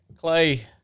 Clay